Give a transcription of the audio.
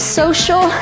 social